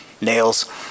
Nails